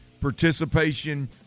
participation